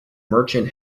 merchant